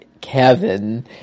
Kevin